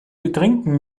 betrinken